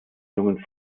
jungen